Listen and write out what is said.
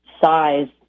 size